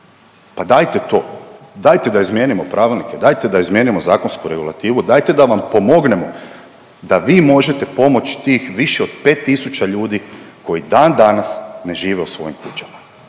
Pa dajte to, dajte da izmijenimo pravilnike, dajte da izmijenimo zakonsku regulativu, dajte da vam pomognemo da vi možete pomoć tih više od 5 tisuća ljudi koji dan danas ne žive u svojim kućama.